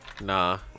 Nah